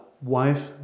wife